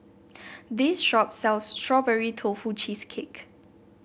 this shop sells Strawberry Tofu Cheesecake